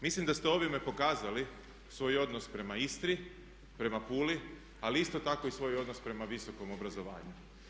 Mislim da ste ovime pokazali svoj odnos prema Istri, prema Puli ali isto tako i svoj odnos prema visokom obrazovanju.